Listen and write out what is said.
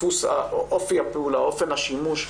אופי הפעולה, אופן השימוש,